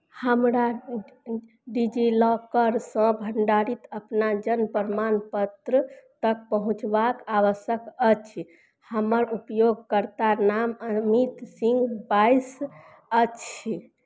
हमरा डी जी लॉकरसँ भण्डारित अपना जन्म प्रमाण पत्र तक पहुँचबाक आवश्यक अछि हमर उपयोगकर्ता नाम अमित सिंह बाइस अछि